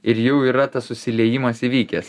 ir jau yra tas susiliejimas įvykęs